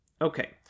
Okay